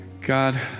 God